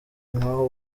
nk’aho